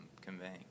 conveying